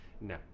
No